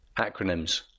Acronyms